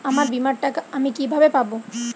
আমার বীমার টাকা আমি কিভাবে পাবো?